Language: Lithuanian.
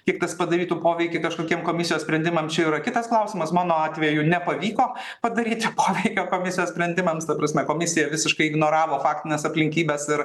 kiek tas padarytų poveikį kažkokiem komisijos sprendimam čia jau yra kitas klausimas mano atveju nepavyko padaryti poveikio komisijos sprendimams ta prasme komisija visiškai ignoravo faktines aplinkybes ir